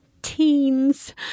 Teens